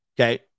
Okay